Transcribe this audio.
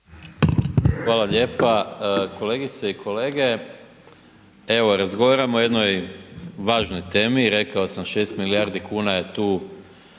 Hvala lijepa. Kolegice i kolege. Evo razgovaramo o jednoj važnoj temi, rekao sam 6 milijardi kuna je tu